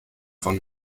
von